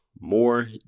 more